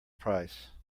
price